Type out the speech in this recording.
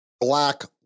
black